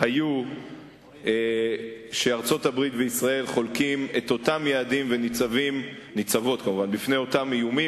הן שארצות-הברית וישראל חולקות את אותם יעדים וניצבות בפני אותם איומים.